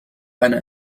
einer